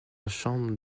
chambre